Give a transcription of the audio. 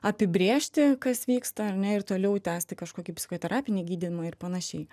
apibrėžti kas vyksta ar ne ir toliau tęsti kažkokį psichoterapinį gydymą ir panašiai